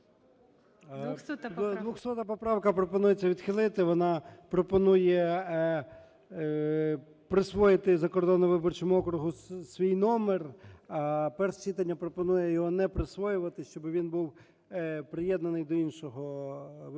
200 поправка, пропонується відхилити. Вона пропонує присвоїти закордонному виборчому округу свій номер. Перше читання пропонує його не присвоювати, щоби він був приєднаний до іншого виборчого